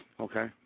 Okay